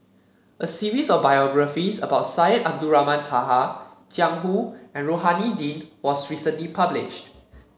a series of biographies about Syed Abdulrahman Taha Jiang Hu and Rohani Din was recently published